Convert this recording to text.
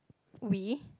we